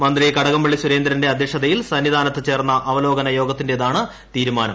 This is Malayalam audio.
മന്ത്രി കടകംപള്ളി സുരേന്ദ്രന്റെ അദ്ധ്യക്ഷതയിൽ സന്നിധാനത്ത് ചേർന്ന അവലോകന യോഗത്തിന്റേതാണ് തീരുമാനം